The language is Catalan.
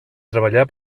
treballar